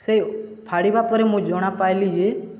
ସେ ଫାଡ଼ିବା ପରେ ମୁଁ ଜାଣିବାକୁ ପାଇଲି ଯେ